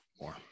more